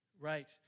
Right